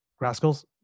rascals